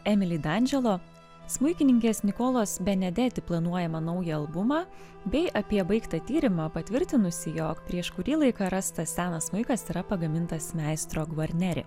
emili dandželo smuikininkės nikolos benedeti planuojamą naują albumą bei apie baigtą tyrimą patvirtinusį jog prieš kurį laiką rastas senas smuikas yra pagamintas meistro gvarneri